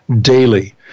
daily